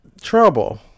Trouble